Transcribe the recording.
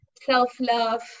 self-love